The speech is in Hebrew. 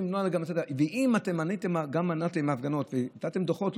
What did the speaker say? אם אתם גם מנעתם הפגנות ונתתם דוחות,